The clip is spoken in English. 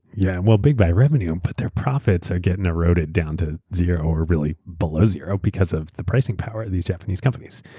yeah big by revenue but their profits are getting eroded down to zero or really below zero because of the pricing power of these japanese companies.